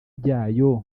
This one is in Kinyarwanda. byayo